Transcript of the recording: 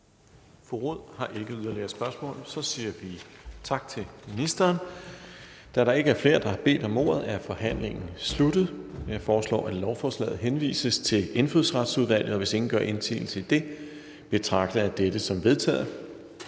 Rod har ikke yderligere spørgsmål. Så siger vi tak til ministeren. Da der ikke er flere, der har bedt om ordet, er forhandlingen sluttet. Jeg foreslår, at lovforslaget henvises til Indfødsretsudvalget. Hvis ingen gør indsigelse mod det, betragter jeg dette som vedtaget.